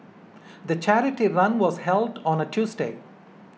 the charity run was held on a Tuesday